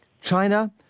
China